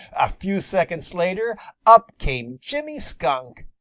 a few seconds later up came jimmy skunk.